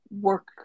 work